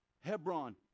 Hebron